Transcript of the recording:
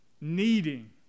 needing